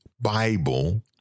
Bible